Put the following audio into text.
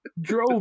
Drove